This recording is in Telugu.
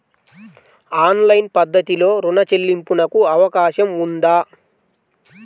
ఆన్లైన్ పద్ధతిలో రుణ చెల్లింపునకు అవకాశం ఉందా?